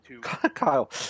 Kyle